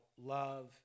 love